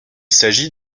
s’agit